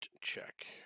check